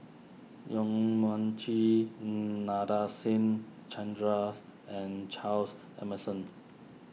Yong Mun Chee Nadasen Chandras and Charles Emmerson